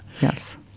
Yes